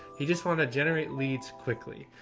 he just want to generate leads quickly.